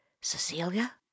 cecilia